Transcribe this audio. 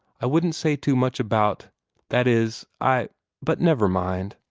i wouldn't say too much about that is, i but never mind.